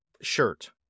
shirt